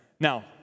Now